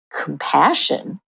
compassion